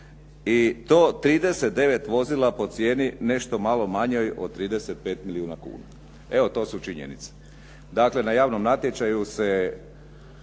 i to 39 vozila po cijeni nešto malo manjoj od 35 milijuna kuna. Evo, to su činjenice. Dakle, na javnom natječaju se